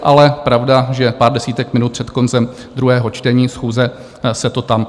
Ale pravda, že pár desítek minut před koncem druhého čtení, schůze, se to tam načetlo.